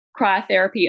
cryotherapy